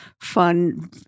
fun